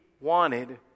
wanted